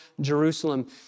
Jerusalem